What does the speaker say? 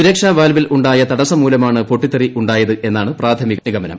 സുരക്ഷാ വാൽവിൽ ഉണ്ടായ തടസ്സംമൂലമാണ് പൊട്ടിത്തെറി ഉണ്ടായത് എന്നാണ് പ്രാഥമിക നിഗമനം